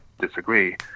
disagree